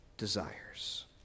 desires